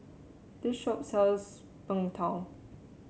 this shop sells Png Tao